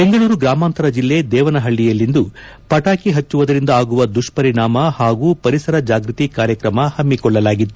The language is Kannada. ಬೆಂಗಳೂರು ಗ್ರಾಮಾಂತರ ಜಿಲ್ಲೆ ದೇವನಪಳ್ಳಿಯಲ್ಲಿಂದು ಪಟಾಕಿ ಪಚ್ಚುವುದರಿಂದ ಆಗುವ ದುಷ್ಷರಿಣಾಮ ಪಾಗೂ ಪರಿಸರ ಜಾಗೃತಿ ಕಾರ್ಯಕ್ರಮ ಹಮ್ಮಿಕೊಳ್ಳಲಾಗಿತ್ತು